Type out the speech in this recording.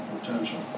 potential